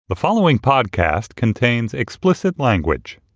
the following podcast contains explicit language